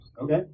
Okay